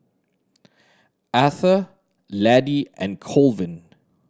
Atha Laddie and Colvin